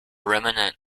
remnant